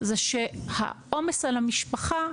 זה שהעומס על המשפחה,